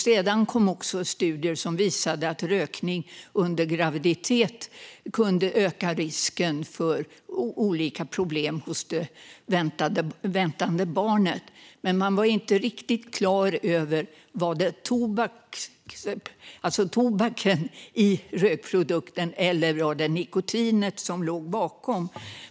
Sedan kom också studier som visade att rökning under graviditet kunde öka risken för olika problem hos det väntade barnet. Men man var inte riktigt klar över om det var tobaken eller nikotinet i rökprodukten som låg bakom.